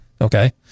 okay